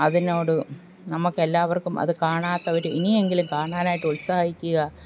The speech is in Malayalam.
അതിനോട് നമക്കെല്ലാവർക്കും അത് കാണാത്തവര് ഇനിയെങ്കിലും കാണാനായിട്ട് ഉത്സാഹിക്കുക